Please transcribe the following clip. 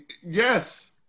Yes